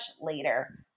later